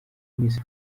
miss